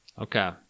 Okay